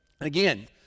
Again